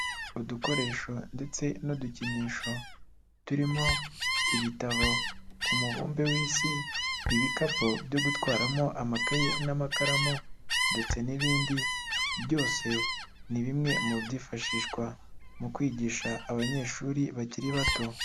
Udukoresho ndetse n'udukinisho, turimo ibitabo, umubumbe w'Isi, ibikapu byo gutwaramo amakaye n'amakaramu ndetse n'ibindi, byose ni bimwe mu byifashishwa mu kwigisha abanyeshuri bakiri bato.